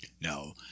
No